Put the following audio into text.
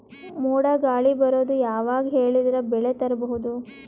ಮೋಡ ಗಾಳಿ ಬರೋದು ಯಾವಾಗ ಹೇಳಿದರ ಬೆಳೆ ತುರಬಹುದು?